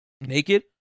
naked